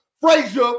Frazier